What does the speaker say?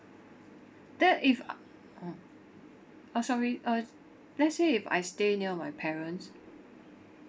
then if uh uh sorry uh let's say if I stay in near my parents